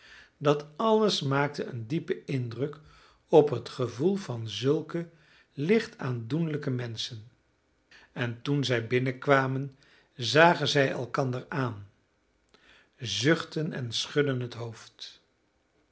dat alles maakte een diepen indruk op het gevoel van zulke licht aandoenlijke menschen en toen zij binnenkwamen zagen zij elkander aan zuchtten en schudden het hoofd